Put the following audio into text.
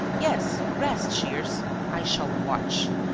yes, rest, shears. i shall watch.